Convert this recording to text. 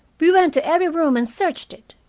we went to every room and searched it.